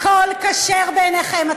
הכול כשר בעיניכם.